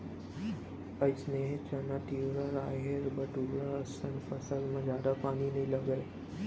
अइसने चना, तिंवरा, राहेर, बटूरा असन फसल म जादा पानी नइ लागय